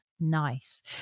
Nice